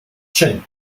chin